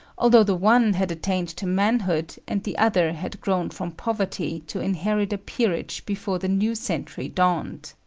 although the one had attained to manhood and the other had grown from poverty to inherit a peerage before the new century dawned.